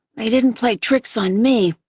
they didn't play tricks on me,